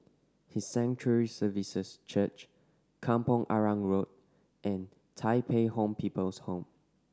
His Sanctuary Services Church Kampong Arang Road and Tai Pei Home People's Home